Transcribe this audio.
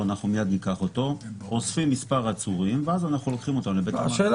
מבחינת המקורות אנחנו מסוכמים עם שב"ס לגבי האופן של הפריסה של